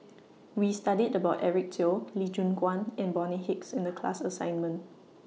We studied about Eric Teo Lee Choon Guan and Bonny Hicks in The class assignment